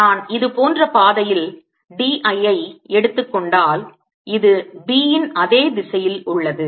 நான் இது போன்ற பாதையில் dl ஐ எடுத்துக் கொண்டால் இது B இன் அதே திசையில் உள்ளது